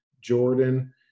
Jordan